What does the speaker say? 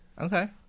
Okay